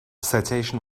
citation